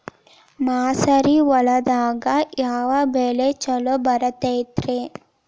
ಮಸಾರಿ ಹೊಲದಾಗ ಯಾವ ಬೆಳಿ ಛಲೋ ಬರತೈತ್ರೇ?